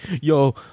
yo